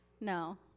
No